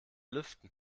lüften